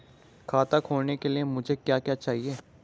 खाता खोलने के लिए मुझे क्या क्या चाहिए?